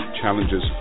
challenges